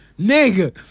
Nigga